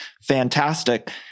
fantastic